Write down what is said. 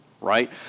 right